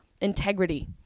integrity